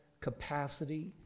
capacity